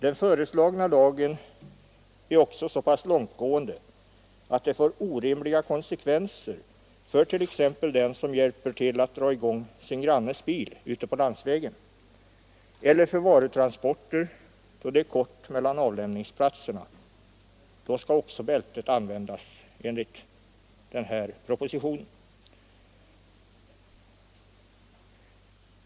Den föreslagna lagen är också så pass långtgående att den får orimliga konsekvenser för t.ex. den som hjälper till att dra i gång sin grannes bil ute på landsvägen eller vid varutransporter där det är kort avstånd mellan avlämningsplatserna. Då skall bältet också användas enligt propositionen.